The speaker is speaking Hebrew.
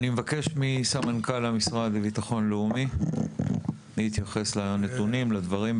אני מבקש מסמנכ״ל המשרד לביטחון לאומי להתייחס לנתונים ולדברים.